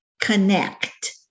connect